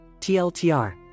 TLTR